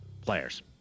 players